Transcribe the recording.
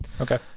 okay